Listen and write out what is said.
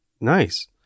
nice